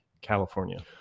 California